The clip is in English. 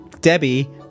Debbie